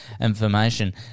information